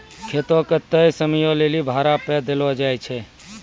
खेतो के तय समयो लेली भाड़ा पे देलो जाय छै